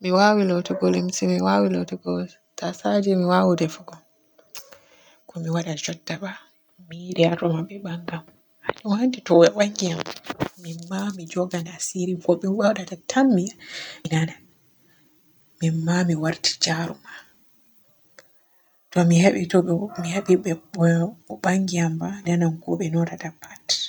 mi waawi lootugo limse, mi waawi luutugo tasaje, mi waawi defugo. Ko mi waaday jutta ba mi yiɗi haa ɗo ma be baanga am on anndi to be baangi am min ma mi joogay asiri ko be waadata tan mi nana. Min ma mi waarti jaruma, to mi hebi to mi hebi o baangi am ba nanan ko be noodata pat.